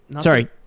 Sorry